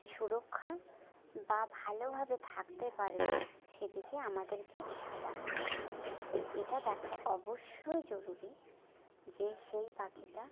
সুরক্ষা বা ভালো ভাবে থাকতে পারবে সে দিকে আমাদেরকে খেয়াল রাখতে হবে এটা দেখা অবশ্যই জরুরি যে সেই পাখিটা